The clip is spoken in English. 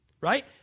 Right